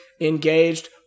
engaged